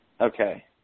Okay